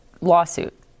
Lawsuit